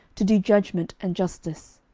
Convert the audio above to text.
to do judgment and justice.